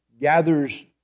gathers